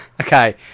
Okay